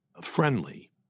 friendly